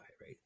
right